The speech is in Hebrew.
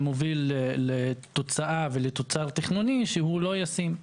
הדבר הזה מוביל לתוצאה ולתוצר תכנוני שהוא לא ישים.